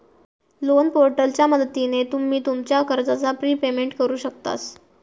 loan पोर्टलच्या मदतीन तुम्ही तुमच्या कर्जाचा प्रिपेमेंट करु शकतास